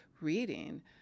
reading